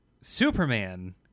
Superman